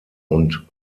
und